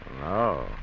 No